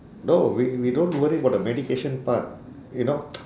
no we we don't worry about the medication part you know